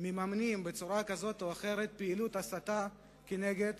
מממנים בצורה כזו או אחרת פעילות הסתה כנגד